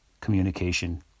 communication